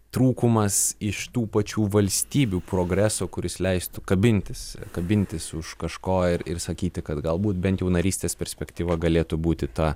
trūkumas iš tų pačių valstybių progreso kuris leistų kabintis kabintis už kažko ir ir sakyti kad galbūt bent jau narystės perspektyva galėtų būti ta